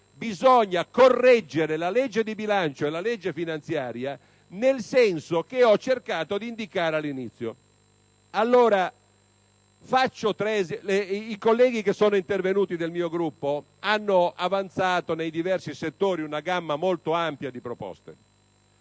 occorra correggere la legge di bilancio e la legge finanziaria nel senso che ho cercato di indicare all'inizio. I colleghi del mio Gruppo che sono intervenuti hanno avanzato, nei diversi settori, una gamma molto ampia di proposte.